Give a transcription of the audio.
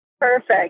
Perfect